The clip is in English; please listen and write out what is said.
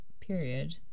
period